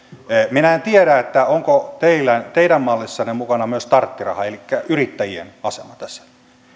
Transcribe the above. minä en tiedä onko teidän mallissanne mukana myös starttiraha elikkä yrittäjien asema tässä